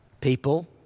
people